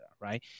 right